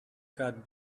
had